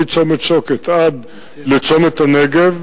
מצומת שוקת עד לצומת הנגב,